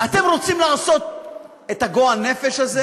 אתם רוצים לעשות את הגועל-נפש הזה?